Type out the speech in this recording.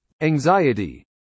Anxiety